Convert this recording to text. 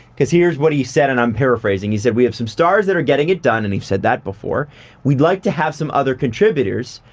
because here's what he said, and i'm paraphrasing. he said we have some stars that are getting it done, and he's said that before. and we'd like to have some other contributors,